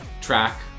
track